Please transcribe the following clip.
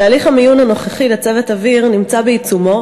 תהליך המיון הנוכחי לצוות אוויר נמצא בעיצומו,